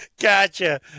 Gotcha